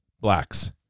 blacks